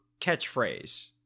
catchphrase